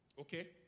Okay